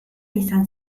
izan